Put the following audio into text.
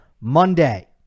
Monday